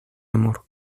amor